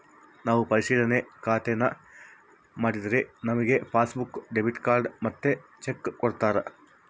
ನಾವು ಪರಿಶಿಲನಾ ಖಾತೇನಾ ಮಾಡಿದ್ರೆ ನಮಿಗೆ ಪಾಸ್ಬುಕ್ಕು, ಡೆಬಿಟ್ ಕಾರ್ಡ್ ಮತ್ತೆ ಚೆಕ್ಕು ಕೊಡ್ತಾರ